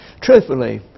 Truthfully